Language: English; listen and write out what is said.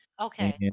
Okay